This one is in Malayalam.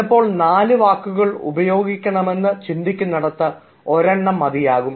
ചിലപ്പോൾ നാലു വാക്കുകൾ ഉപയോഗിക്കണമെന്ന് ചിന്തിക്കുനടത്ത് ഒരെണ്ണം മതിയാകും